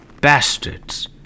bastards